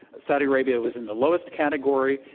saudi arabia was in the lowest category.